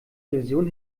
illusion